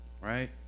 right